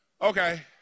Okay